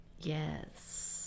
Yes